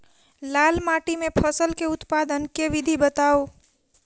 लाल माटि मे फसल केँ उत्पादन केँ विधि बताऊ?